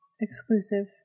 exclusive